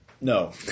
No